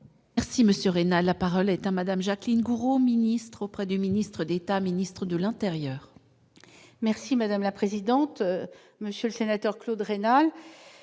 monsieur Reina, la parole est à Madame Jacqueline Gourault, ministre auprès du ministre d'État, ministre de l'Intérieur. Merci madame la présidente, monsieur le sénateur Claude rénal,